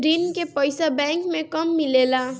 ऋण के पइसा बैंक मे कब मिले ला?